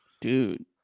dude